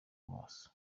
maso